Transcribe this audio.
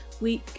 week